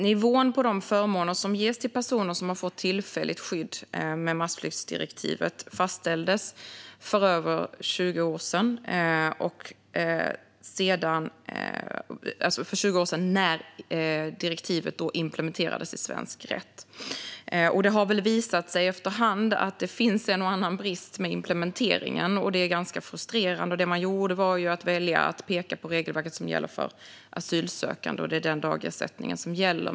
Nivån på de förmåner som ges till personer som har fått tillfälligt skydd enligt massflyktsdirektivet fastställdes för över 20 år sedan när direktivet implementerades i svensk rätt. Det har väl visat sig att det finns en och annan brist i implementeringen, och det är ganska frustrerande. Det man gjorde var att peka på det regelverk som gäller för asylsökande, och det är den dagersättningen som gäller.